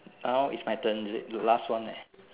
now is my turn is it the last one eh